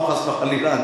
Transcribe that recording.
חס וחלילה,